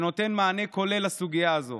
שנותן מענה כולל לסוגיה הזו.